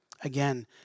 Again